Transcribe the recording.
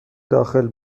داخل